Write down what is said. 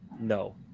no